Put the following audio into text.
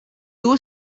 two